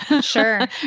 Sure